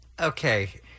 Okay